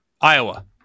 Iowa